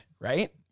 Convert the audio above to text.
Right